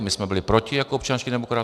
My jsme byli proti jako občanští demokraté.